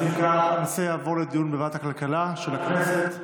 אז אם כך הנושא יעבור לדיון בוועדת הכלכלה של הכנסת.